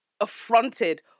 affronted